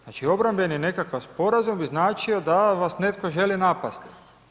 Znači, obrambeni nekakav sporazum bi značio da vas netko želi napasti.